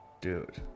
Dude